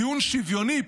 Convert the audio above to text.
טיעון שוויוני,